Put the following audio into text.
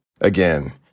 again